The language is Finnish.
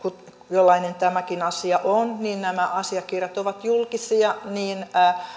jollainen tämäkin asia on asiakirjat ovat julkisia niin